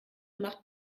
macht